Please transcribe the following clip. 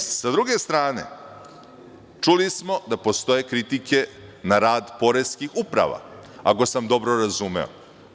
Sa druge strane, čuli smo da postoje kritike na rad poreskih uprava, ako sam dobro razumeo.